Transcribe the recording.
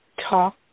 talk